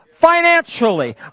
financially